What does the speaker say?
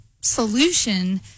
solution